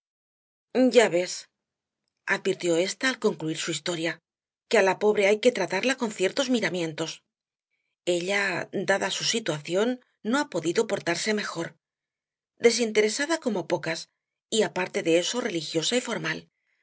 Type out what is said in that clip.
madre ya ves advirtió ésta al concluir su historia que á la pobre hay que tratarla con ciertos miramientos ella dada su situación no ha podido portarse mejor desinteresada como pocas y aparte de eso religiosa y formal